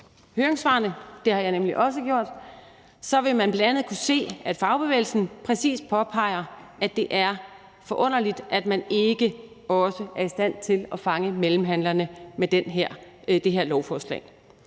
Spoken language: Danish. høringssvarene – det har jeg nemlig også gjort – vil man bl.a. kunne se, at fagbevægelsen præcis påpeger, at det er forunderligt, at man ikke også er i stand til at fange mellemhandlerne med det her lovforslag.